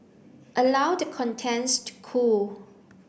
allow the contents to cool